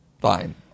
Fine